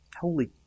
Holy